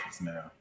now